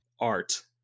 art